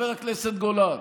חבר הכנסת גולן,